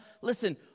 Listen